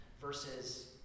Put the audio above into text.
versus